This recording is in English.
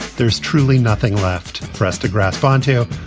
there's truly nothing left for us to grasp. fonthill.